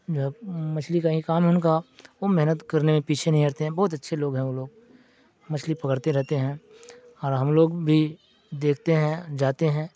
جو ہے مچھلی کا ہی کام ہے ان کا وہ محنت کرنے میں پیچھے نہیں ہٹتے ہیں بہت اچھے لوگ ہیں وہ لوگ مچھلی پکڑتے رہتے ہیں اور ہم لوگ بھی دیکھتے ہیں جاتے ہیں